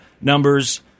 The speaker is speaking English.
numbers